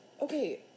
okay